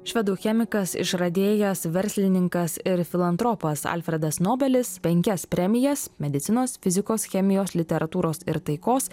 švedų chemikas išradėjas verslininkas ir filantropas alfredas nobelis penkias premijas medicinos fizikos chemijos literatūros ir taikos